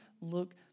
look